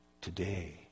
today